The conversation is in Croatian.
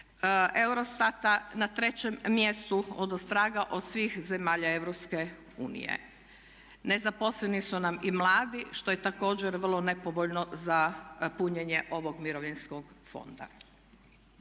EUROSTAT-a na trećem mjestu odostraga od svih zemalja EU. Nezaposleni su nam i mladi što je također vrlo nepovoljno za punjenje ovog mirovinskog fonda.